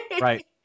right